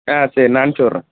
ஆ சரி நான் அனுப்பிச்சுட்றேன்